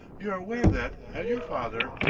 you're aware that, as your father,